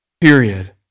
period